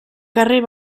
carrer